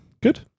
good